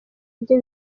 bye